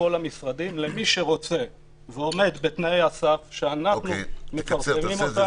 לכל המשרדים למי שרוצה ועומד בתנאי הסף שאנחנו מפרסמים אותם.